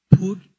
put